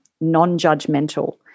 non-judgmental